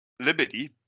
liberty